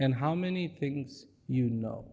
and how many things you know